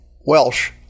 Welsh